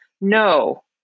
no